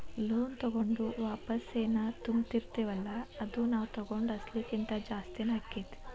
loan ತಗೊಂಡು ವಾಪಸೆನ್ ತುಂಬ್ತಿರ್ತಿವಲ್ಲಾ ಅದು ನಾವ್ ತಗೊಂಡ್ ಅಸ್ಲಿಗಿಂತಾ ಜಾಸ್ತಿನ ಆಕ್ಕೇತಿ